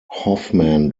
hoffman